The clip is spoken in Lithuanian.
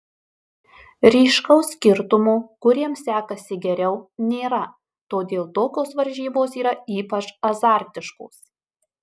ryškaus skirtumo kuriems sekasi geriau nėra todėl tokios varžybos yra ypač azartiškos